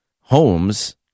homes